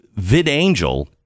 VidAngel